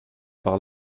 par